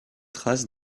traces